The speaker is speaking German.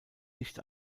nicht